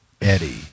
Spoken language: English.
Eddie